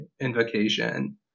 invocation